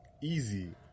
Easy